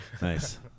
Nice